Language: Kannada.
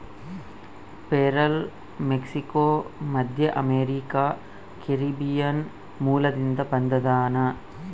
ಪೇರಲ ಮೆಕ್ಸಿಕೋ, ಮಧ್ಯಅಮೇರಿಕಾ, ಕೆರೀಬಿಯನ್ ಮೂಲದಿಂದ ಬಂದದನಾ